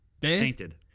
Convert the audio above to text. Painted